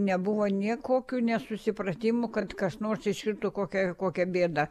nebuvo nė kokių nesusipratimų kad kas nors iškrito kokia kokia bėda